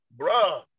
bruh